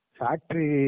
factory